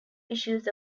issues